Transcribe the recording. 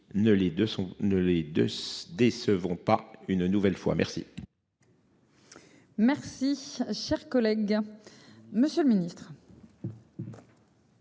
ne les. Décevons pas une nouvelle fois merci. Merci cher collègue. Monsieur le Ministre.